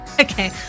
Okay